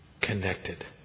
connected